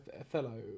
Othello